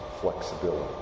flexibility